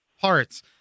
parts